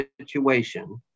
situation